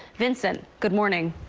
vincent good morning.